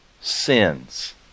sins